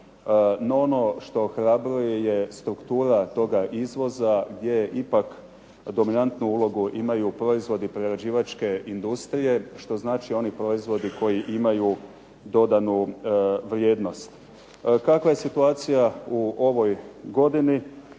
ono što ohrabruje je struktura toga izvoza gdje ipak dominantnu ulogu imaju proizvodi prerađivačke industrije, što znači oni proizvodi koji imaju dodanu vrijednost. Kakva je situacija u ovoj godini? Dakle